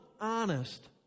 honest